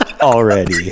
already